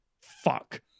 Fuck